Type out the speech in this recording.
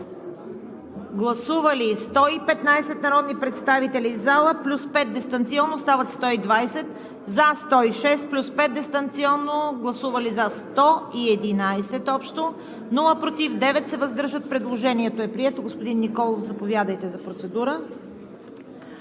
Гласували 115 народни представители в залата плюс 5 дистанционно – стават 120: за 106 плюс 5 дистанционно – 111, против няма, въздържали се 9. Предложението е прието. Господин Николов, заповядайте за процедура.